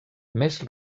més